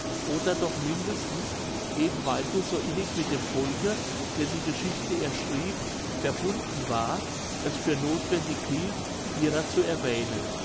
oder doch mindestens eben weil sie so innig mit dem volke dessen geschichte er schrieb verbunden war es für nothwendig hielt ihrer zu erwähnen